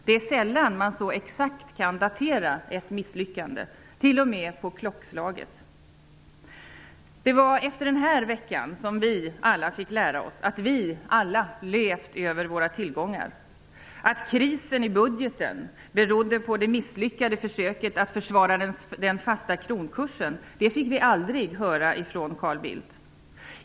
Det är sällan man så exakt kan datera ett misslyckande, t.o.m. på klockslaget! Det var efter denna vecka vi alla fick lära oss att vi levt över våra tillgångar. Att krisen i budgeten berodde på det misslyckade försöket att försvara den fasta kronkursen fick vi aldrig höra från Carl Bildt.